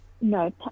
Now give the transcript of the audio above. No